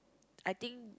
I think